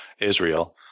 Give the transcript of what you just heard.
Israel